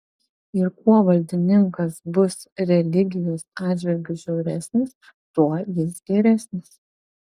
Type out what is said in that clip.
ir kuo valdininkas bus religijos atžvilgiu žiauresnis tuo jis geresnis